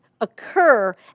occur